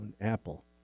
Apple